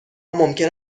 ممکن